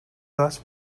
thus